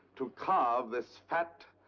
to carve this fat,